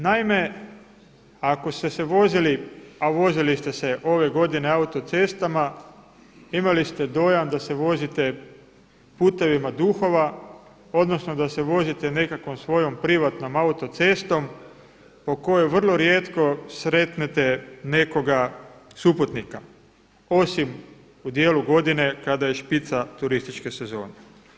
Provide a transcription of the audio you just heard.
Naime, ako ste se vozili a vozili ste se ove godine autocestama imali ste dojam da se vozite putevima duhova, odnosno da se vozite nekakvom svojom privatnom autocestom po kojoj vrlo rijetko sretnete nekoga suputnika osim u dijelu godine kada je špica turističke sezone.